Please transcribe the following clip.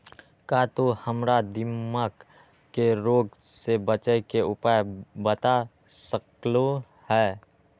का तू हमरा दीमक के रोग से बचे के उपाय बता सकलु ह?